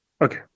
okay